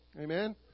Amen